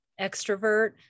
extrovert